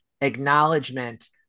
acknowledgement